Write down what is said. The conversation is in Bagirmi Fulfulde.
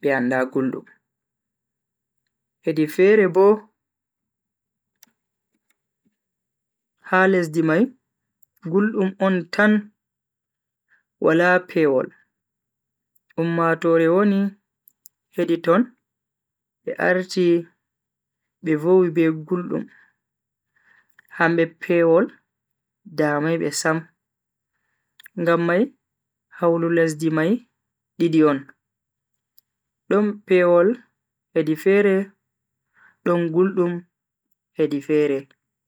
be anda guldum. hedi fere Bo ha lesdi mai guldum on tan wala pewol ummatoore woni hedi ton bo arti vowi be guldum hambe pewol damai be Sam. ngam mai haulu lesdi mai didi on, don pewol hedi fere don guldum hedi fere.